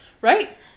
Right